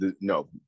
no